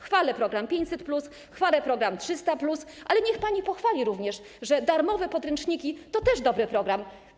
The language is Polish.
Chwalę program 500+, chwalę program 300+, ale niech pani pochwali również darmowe podręczniki, że to też dobry program.